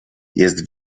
jest